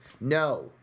No